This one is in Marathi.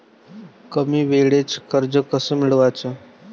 कमी वेळचं कर्ज कस मिळवाचं?